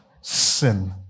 sin